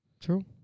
True